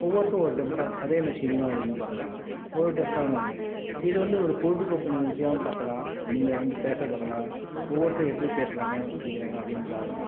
ஒவ்வொருத்தர் ஒரு different of அதே மாதிரி சினிமாவுலையும் பார்க்கலாம் டிஃப்ரண்ட்டாக இது வந்து ஒரு பொழுதுபோக்கு நிகழ்ச்சியாவும் பார்க்கலாம் நீங்கள் வந்து பேசுகிறது பார்க்கலாம் ஒவ்வொருத்தர் எப்படி பேசுறாங்க பிடிக்கிறாங்க அப்படின்னு பார்க்கலாம்